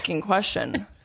question